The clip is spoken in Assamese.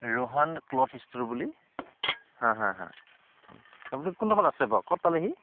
ৰোহন ক্লথ ষ্টৰ বুলি আপুনি কোনডখৰত আছে বাৰু ক'ত পালেহি